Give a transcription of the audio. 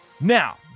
Now